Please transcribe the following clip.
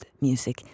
music